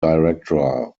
director